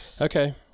Okay